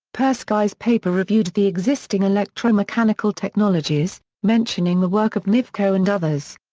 perskyi's paper reviewed the existing electromechanical technologies, mentioning the work of nipkow and others.